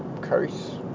curse